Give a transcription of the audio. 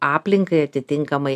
aplinkai atitinkamai